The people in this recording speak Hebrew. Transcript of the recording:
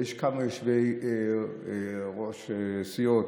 ויש כמה יושבי-ראש סיעות,